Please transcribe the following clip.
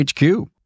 HQ